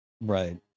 Right